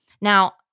Now